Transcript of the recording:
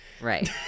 right